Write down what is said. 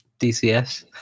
DCS